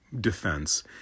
defense